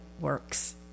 works